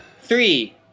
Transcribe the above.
Three